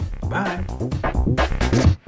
Bye